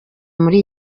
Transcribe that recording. muri